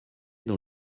dans